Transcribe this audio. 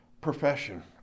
profession